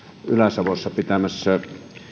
ylä savossa pitämässä